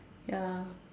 ya